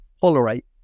tolerate